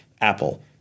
Apple